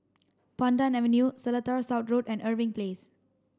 Pandan Avenue Seletar South Road and Irving Place